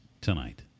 tonight